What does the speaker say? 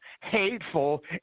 hateful